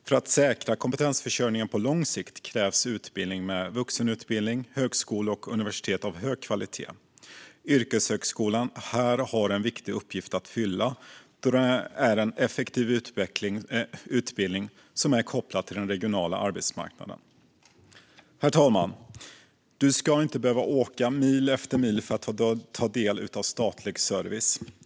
För att säkra kompetensförsörjningen på lång sikt krävs utbildning med vuxenutbildning, högskolor och universitet av hög kvalitet. Yrkeshögskolan har här en viktig uppgift att fylla, då den är en effektiv utbildning som är kopplad till den regionala arbetsmarknaden. Herr talman! Du ska inte behöva åka mil efter mil för att ta del av statlig service.